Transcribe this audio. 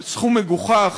סכום מגוחך.